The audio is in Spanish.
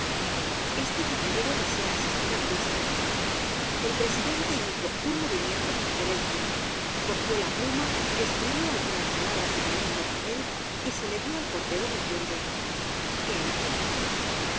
este caballero desea asistir á la vista el presidente hizo un movimiento de deferencia cogió la pluma escribió algunas palabras en el mismo papel y se le dió al portero diciendo que entre